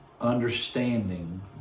understanding